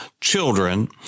children